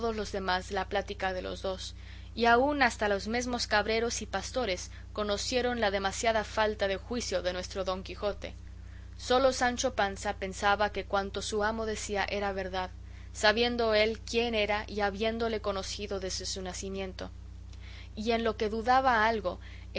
los demás la plática de los dos y aun hasta los mesmos cabreros y pastores conocieron la demasiada falta de juicio de nuestro don quijote sólo sancho panza pensaba que cuanto su amo decía era verdad sabiendo él quién era y habiéndole conocido desde su nacimiento y en lo que dudaba algo